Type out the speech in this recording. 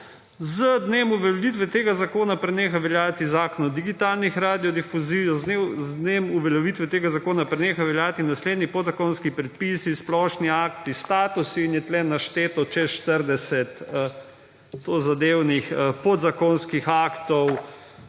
Z dnem uveljavitve tega zakona preneha veljati Zakon o digitalni radiodifuziji. Z dnem uveljavitve tega zakona prenehajo veljati naslednji podzakonski predpisi, splošni akti, statusi …«‒ in je tukaj našteto čez 40 tozadevnih podzakonskih aktov,